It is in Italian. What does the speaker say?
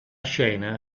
scena